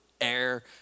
air